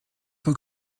fois